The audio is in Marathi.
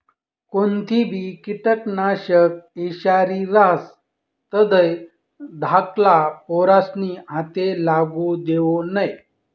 कोणतंबी किटकनाशक ईषारी रहास तधय धाकल्ला पोरेस्ना हाते लागू देवो नै